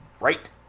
right